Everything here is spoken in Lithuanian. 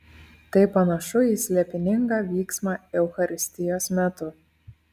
tai panašu į slėpiningą vyksmą eucharistijos metu